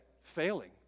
failing